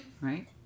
right